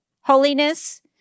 Holiness